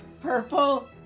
purple